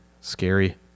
Scary